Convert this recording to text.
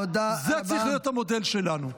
זה צריך להיות המודל שלנו.